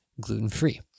gluten-free